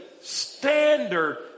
standard